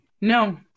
No